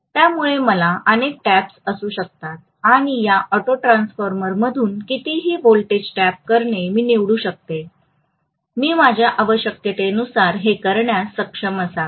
त्यामुळे माझ्याकडे अनेक टॅप्स असू शकतात आणि या ऑटो ट्रान्सफॉर्मरमधून कितीही व्होल्टेज टॅप करणे मी निवडू शकतो मी माझ्या आवश्यकतेनुसार हे करण्यास सक्षम असावे